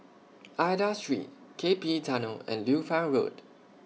Aida Street KPE Tunnel and Liu Fang Road